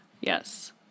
Yes